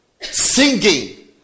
singing